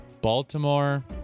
Baltimore